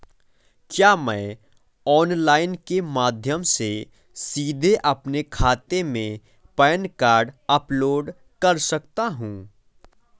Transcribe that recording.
क्या मैं ऑनलाइन के माध्यम से सीधे अपने खाते में पैन कार्ड अपलोड कर सकता हूँ?